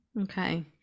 okay